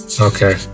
okay